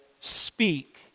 speak